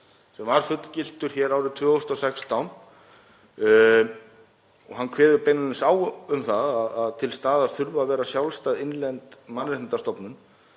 sem var fullgiltur hér árið 2016, hann kveður beinlínis á um það að til staðar þurfi að vera sjálfstæð innlend mannréttindastofnun